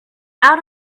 out